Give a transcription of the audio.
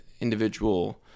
individual